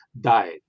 died